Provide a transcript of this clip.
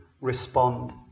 respond